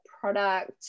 product